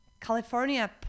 California